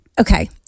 okay